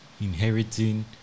inheriting